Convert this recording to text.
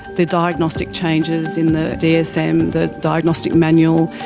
the diagnostic changes in the dsm, the diagnostic manual,